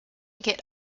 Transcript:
get